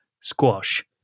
squash